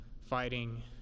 fighting